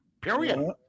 period